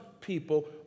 people